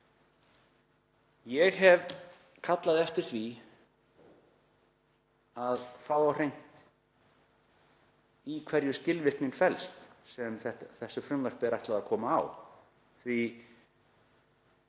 Ég hef kallað eftir því að fá á hreint í hverju skilvirknin felst sem þessu frumvarpi er ætlað að koma á,